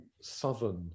southern